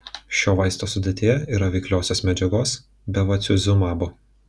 šio vaisto sudėtyje yra veikliosios medžiagos bevacizumabo